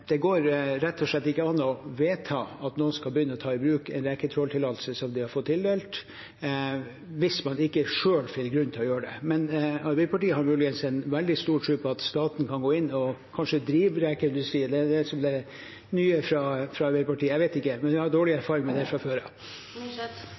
det går rett og slett ikke an å vedta at noen skal begynne å ta i bruk en reketråltillatelse som man har fått tildelt, hvis man ikke selv finner grunn til å gjøre det. Men Arbeiderpartiet har muligens en veldig stor tro på at staten kan gå inn og kanskje drive rekeindustri, at det er det som er det nye fra Arbeiderpartiet. Jeg vet ikke. Men jeg har